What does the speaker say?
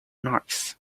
noise